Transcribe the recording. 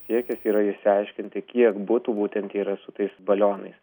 siekis yra išsiaiškinti kiek butų būtent yra su tais balionais